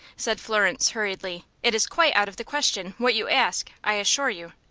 said florence, hurriedly. it is quite out of the question what you ask i assure you.